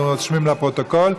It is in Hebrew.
אנחנו רושמים לפרוטוקול.